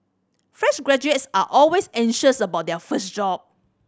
fresh graduates are always anxious about their first job